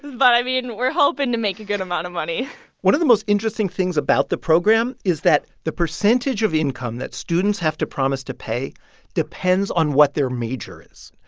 but i mean, we're hoping to make a good amount of money one of the most interesting things about the program program is that the percentage of income that students have to promise to pay depends on what their major is.